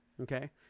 Okay